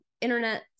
internet